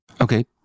Okay